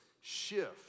shift